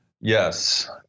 Yes